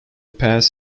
pass